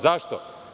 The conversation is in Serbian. Zašto?